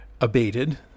abated